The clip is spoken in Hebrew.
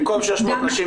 במקום 600 נשיטם,